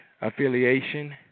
affiliation